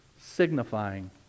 signifying